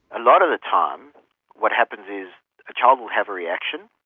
a lot of the time what happens is a child will have a reaction,